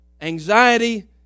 anxiety